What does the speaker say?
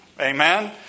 Amen